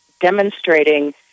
demonstrating